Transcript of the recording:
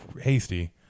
hasty